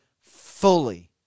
fully